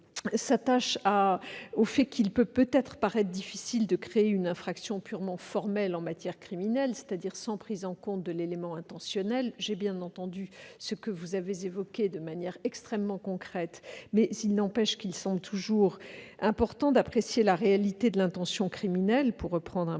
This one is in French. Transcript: s'attache au fait qu'il pourrait paraître difficile de créer une infraction purement formelle en matière criminelle, c'est-à-dire sans prise en compte de l'élément intentionnel. J'ai bien entendu ce que vous avez indiqué de manière extrêmement concrète, mais il n'empêche qu'il semble toujours important d'apprécier la réalité de l'intention criminelle, pour reprendre un propos du